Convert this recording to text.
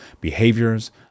behaviors